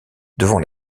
devant